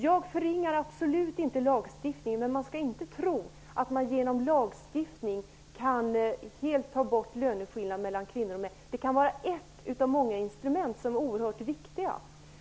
Jag förringar absolut inte lagstiftningen, men man skall inte tro att man genom lagstiftning helt kan få bort löneskillnaderna mellan kvinnor och män. Det kan vara ett av många instrument som är oerhört viktiga.